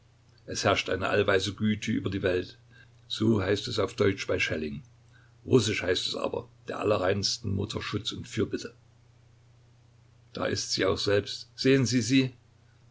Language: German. es herrscht eine allweise güte über die welt so heißt es auf deutsch bei schelling russisch heißt es aber der allerreinsten mutter schutz und fürbitte da ist sie auch selbst sehen sie sie